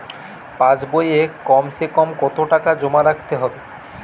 পাশ বইয়ে কমসেকম কত টাকা জমা রাখতে হবে?